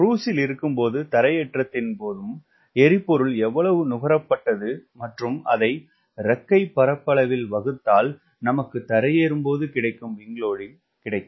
குரூஸில் இருக்கும்போது தரையேற்றத்தின் போது எரிபொருள் எவ்வளவு நுகரப்பட்டது மற்றும் அதை இறக்கை பரப்பளவில் வகுத்தால் நமக்கு தரையேறும் பொது கிடைக்கும் விங் லோடிங் கிடைக்கும்